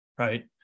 Right